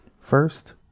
First